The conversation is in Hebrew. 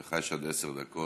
לך יש עד עשר דקות,